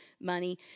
money